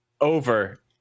over